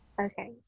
Okay